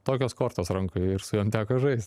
tokios kortos rankoj ir su jom teko žaist